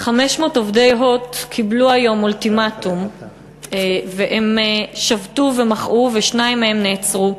500 עובדי "הוט" קיבלו היום אולטימטום והם שבתו ומחו ושניים מהם נעצרו.